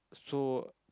so